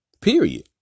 Period